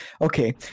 okay